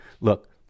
Look